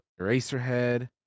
Eraserhead